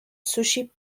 sushi